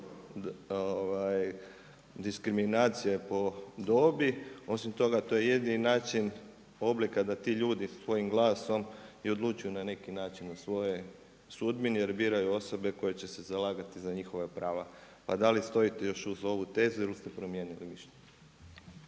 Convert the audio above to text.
diskriminacije po dobi. Osim toga, to je jedini način oblika da ti ljudi svojim glasom i odlučuju na neki način o svojoj sudbini, jer biraju osobe koje će se zalagati za njihova prava. Pa da li stojite još uz ovu tezu ili ste promijenili